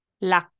La